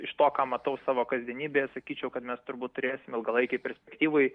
iš to ką matau savo kasdienybėje sakyčiau kad mes turbūt turėsim ilgalaikėj perspektyvoj